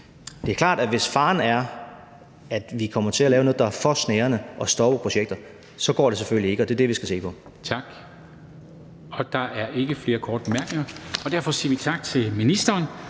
Det er klart, at hvis faren er, at vi kommer til at lave noget, der er for snærende og stopper projekter, så går det selvfølgelig ikke, og det er det, vi skal se på. Kl. 11:21 Formanden (Henrik Dam Kristensen): Tak. Der er ikke flere korte bemærkninger, og derfor siger vi tak til ministeren.